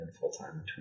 full-time